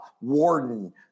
warden